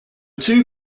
two